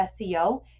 SEO